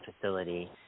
facility